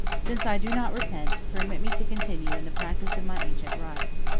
since i do not repent, permit me to continue in the practice of my ancient rites.